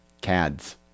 Cads